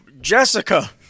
Jessica